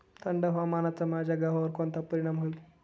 थंड हवामानाचा माझ्या गव्हावर कोणता परिणाम होईल?